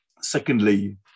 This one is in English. secondly